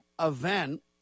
event